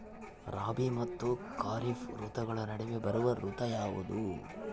ರಾಬಿ ಮತ್ತು ಖಾರೇಫ್ ಋತುಗಳ ನಡುವೆ ಬರುವ ಋತು ಯಾವುದು?